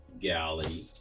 galley